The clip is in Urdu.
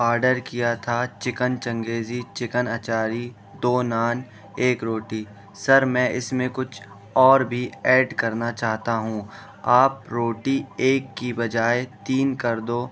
اوڈر کیا تھا چکن چنگیزی چکن اچاری دو نان ایک روٹی سر میں اس میں کچھ اور بھی ایڈ کرنا چاہتا ہوں آپ روٹی ایک کے بجائے تین کردو